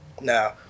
Now